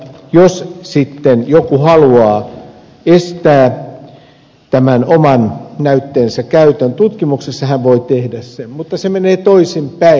jos joku sitten haluaa estää tämän oman näytteensä käytön tutkimuksissa hän voi tehdä sen mutta se menee toisin päin